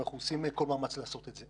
ואנחנו עושים כל מאמץ לעשות את זה.